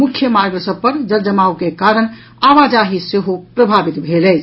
मुख्य मार्ग सभ पर जलजमाव के कारण आवाजाही सेहो प्रभावित भेल अछि